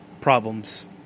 problems